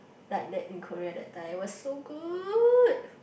like that in Korea that time it was so good